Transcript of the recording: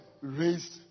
raised